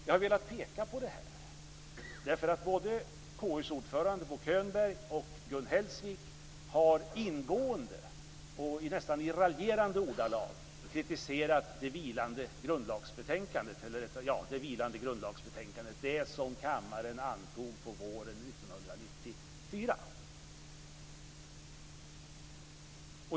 Jag har velat peka på detta därför att både KU ordföranden och Gun Hellsvik ingående och i nästan raljerande ordalag kritiserat det vilande grundlagsförslaget, det som kammaren antog på våren 1994.